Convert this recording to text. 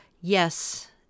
yes